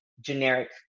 generic